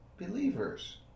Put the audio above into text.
believers